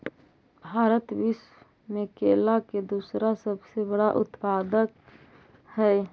भारत विश्व में केला के दूसरा सबसे बड़ा उत्पादक हई